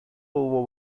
hubo